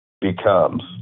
becomes